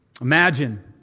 Imagine